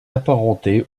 apparentés